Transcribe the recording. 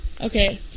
Okay